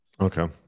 Okay